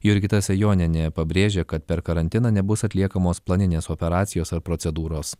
jurgita sejonienė pabrėžė kad per karantiną nebus atliekamos planinės operacijos ar procedūros